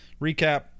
Recap